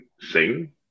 sing